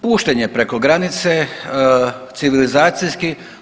Pušten je preko granice civilizacijski.